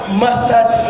mustard